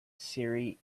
serie